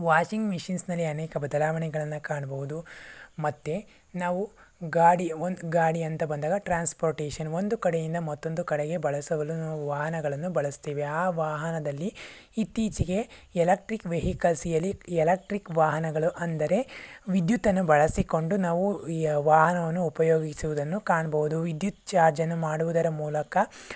washing ಮಿಷಿನ್ಸ್ನಲ್ಲಿ ಅನೇಕ ಬದಲಾವಣೆಗಳನ್ನು ಕಾಣಬಹುದು ಮತ್ತು ನಾವು ಗಾಡಿ ಒಂದು ಗಾಡಿ ಅಂತ ಬಂದಾಗ ಟ್ರಾನ್ಸ್ಪೋರ್ಟೇಶನ್ ಒಂದು ಕಡೆಯಿಂದ ಮತ್ತೊಂದು ಕಡೆಗೆ ಬಳಸಲು ನಾವು ವಾಹನಗಳನ್ನು ಬಳಸ್ತೇವೆ ಆ ವಾಹನದಲ್ಲಿ ಇತ್ತೀಚಿಗೆ ಎಲೆಕ್ರ್ಟಿಕ್ ವೆಹಿಕಲ್ಸ್ ಎಲೆ ಎಲೆಕ್ಟ್ರಿಕ್ ವಾಹನಗಳು ಅಂದರೆ ವಿದ್ಯುತ್ತನ್ನು ಬಳಸಿಕೊಂಡು ನಾವು ಯಾ ವಾಹನವನ್ನು ಉಪಯೋಗಿಸುವುದನ್ನು ಕಾಣಬಹುದು ವಿದ್ಯುತ್ ಚಾರ್ಜನ್ನು ಮಾಡುವುದರ ಮೂಲಕ